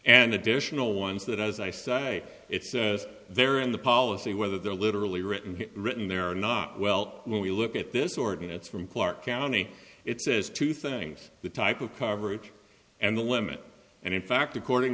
additional ones that as i say it says they're in the policy whether they're literally written written there or not well when we look at this ordinance from clark county it says two things the type of coverage and the limit and in fact according